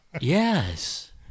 Yes